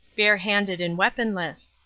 barehanded and weaponless.